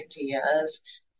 ideas